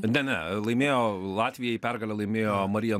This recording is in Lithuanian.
ne ne laimėjo latvijai pergalę laimėjo marija